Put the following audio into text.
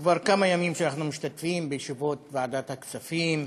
כבר כמה ימים שאנחנו משתתפים בישיבות ועדת הכספים,